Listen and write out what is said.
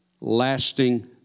lasting